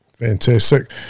Fantastic